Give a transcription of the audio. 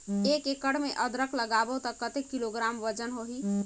एक एकड़ मे अदरक लगाबो त कतेक किलोग्राम वजन होही?